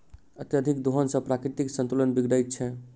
अत्यधिक दोहन सॅ प्राकृतिक संतुलन बिगड़ैत छै